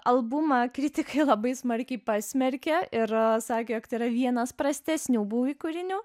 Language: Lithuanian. albumą kritikai labai smarkiai pasmerkė ir sakė kad tai yra vienas prastesnių būvi kūrinių